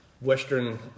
western